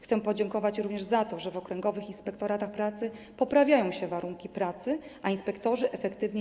Chcę podziękować również za to, że w okręgowych inspektoratach pracy poprawiają się warunki pracy, a inspektorzy pracują efektywniej.